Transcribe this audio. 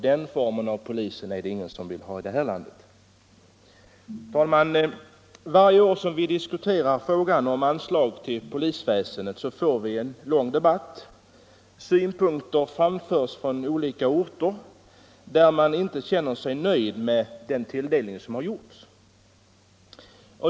Den formen av polis som det då är fråga om är det ingen som vill ha i det här landet. Herr talman! Varje år då vi diskuterar frågan om anslag till polisväsendet får vi en lång debatt. Synpunkter framförs från olika orter där man inte känner sig nöjd med de tilldelningar som har beviljats.